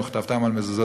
וכתבתם על מזוזות